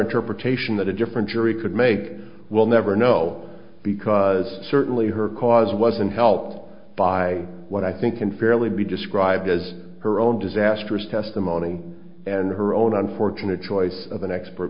interpretation that a different jury could make we'll never know because certainly her cause wasn't helped by what i think can fairly be described as her own disastrous testimony and her own unfortunate choice of an expert